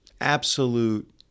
absolute